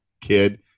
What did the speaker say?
kid